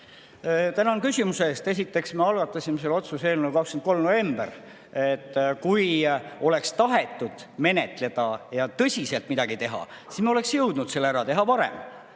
Tänan küsimuse eest! Esiteks, me algatasime selle otsuse eelnõu 23. novembril. Kui oleks tahetud menetleda ja tõsiselt midagi teha, siis me oleks jõudnud selle ära teha varem.